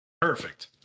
perfect